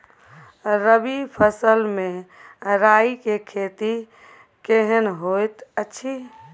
रबी फसल मे राई के खेती केहन होयत अछि?